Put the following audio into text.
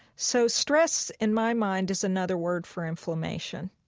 so stress in my mind is another word for inflammation.